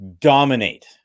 dominate